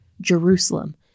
Jerusalem